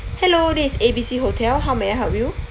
hello this A B C hotel how may I help you